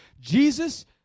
Jesus